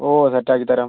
ഓ set ആക്കിത്തരാം